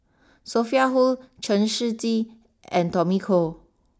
Sophia Hull Chen Shiji and Tommy Koh